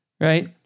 Right